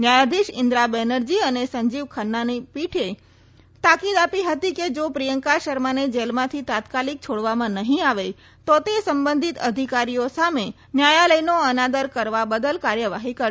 ન્યાયાધિશ ઇન્દ્રા બેનરજી અને સંજીવ ખન્નાની પીઠે તાકીદ આપી હતી કે જો પ્રિયંકા શર્માને જેલમાંથી તાત્કાલિક છોડવામાં નહીં આવે તો તે સંબંધિત અધિકારીઓ સામે ન્યાયાલયનો અનાદર કરવા બદલ કાર્યવાહી કરશે